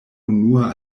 unua